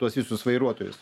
tuos visus vairuotojus